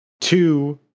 two